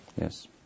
Yes